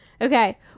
Okay